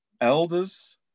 elders